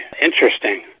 interesting